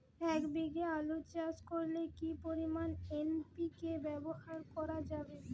এক বিঘে আলু চাষ করলে কি পরিমাণ এন.পি.কে ব্যবহার করা যাবে?